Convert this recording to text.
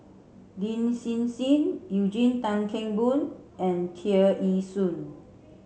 Lin Hsin Hsin Eugene Tan Kheng Boon and Tear Ee Soon